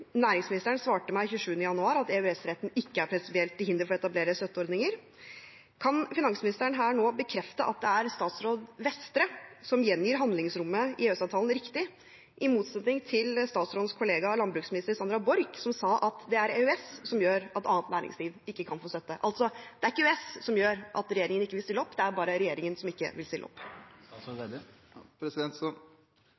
Næringsministeren svarte meg 27. januar at EØS-retten ikke er prinsipielt til hinder for å etablere støtteordninger. Kan finansministeren her og nå bekrefte at det er statsråd Vestre som gjengir handlingsrommet i EØS-avtalen riktig, i motsetning til statsrådens kollega, landbruksminister Sandra Borch, som sa at det er EØS som gjør at annet næringsliv ikke kan få støtte? Altså: Det er ikke EØS som gjør at regjeringen ikke vil stille opp, det er bare regjeringen som ikke vil stille opp.